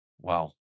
Wow